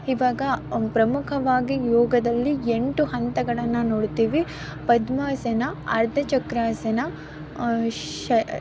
ಈವಾಗ ಪ್ರಮುಖವಾಗಿ ಯೋಗದಲ್ಲಿ ಎಂಟು ಹಂತಗಳನ್ನು ನೋಡುತ್ತೀವಿ ಪದ್ಮಾಸನ ಅರ್ಧ ಚಕ್ರಾಸನ ಶ